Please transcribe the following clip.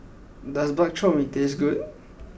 does Bak Chor Mee taste good